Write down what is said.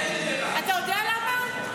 אתה יודע למה?